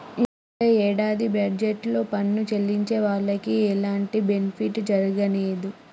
యీ యేడాది బడ్జెట్ లో పన్ను చెల్లించే వాళ్లకి ఎలాంటి బెనిఫిట్ జరగనేదు